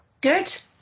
good